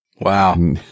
Wow